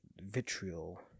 vitriol